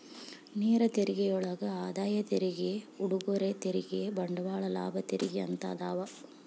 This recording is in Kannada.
ನೇರ ತೆರಿಗೆಯೊಳಗ ಆದಾಯ ತೆರಿಗೆ ಉಡುಗೊರೆ ತೆರಿಗೆ ಬಂಡವಾಳ ಲಾಭ ತೆರಿಗೆ ಅಂತ ಅದಾವ